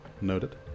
Noted